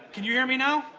can you hear me now?